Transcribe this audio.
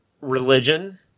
religion